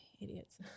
idiots